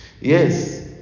Yes